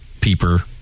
peeper